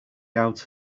out